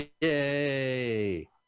Yay